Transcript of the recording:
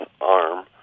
arm